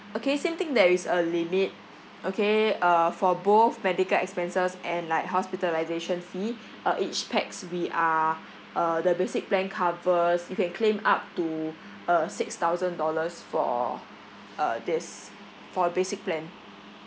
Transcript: okay same thing there is a limit okay uh for both medical expenses and like hospitalisation fee uh each pax we are uh the basic plan covers you can claim up to uh six thousand dollars for uh this for a basic plan